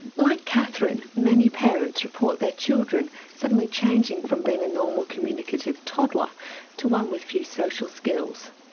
like kathryn, many parents report their children suddenly changing from being a normal, communicative toddler to one with few social skills.